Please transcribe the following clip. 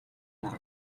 дарга